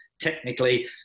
Technically